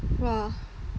!wah!